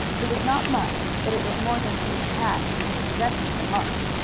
it was not much, but it was more than he had had in his possession for months.